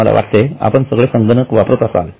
मला वाटते आपण सगळे संगणक वापरत असाल